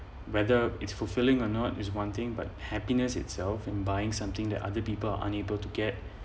whether it's fulfilling or not is one thing but happiness itself in buying something that other people are unable to get